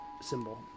symbol